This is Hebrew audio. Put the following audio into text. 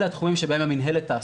אלה התחומים שבהם המנהלת תעסוק.